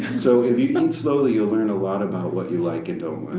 so if you eat slowly you'll learn a lot about what you like and don't